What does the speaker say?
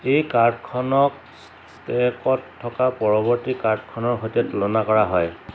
এই কাৰ্ডখনক ষ্টেকত থকা পৰৱৰ্তী কাৰ্ডখনৰ সৈতে তুলনা কৰা হয়